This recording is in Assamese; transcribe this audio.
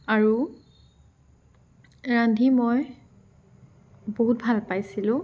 আৰু ৰান্ধি মই বহুত ভাল পাইছিলোঁ